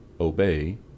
obey